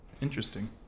interesting